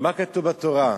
ומה כתוב בתורה?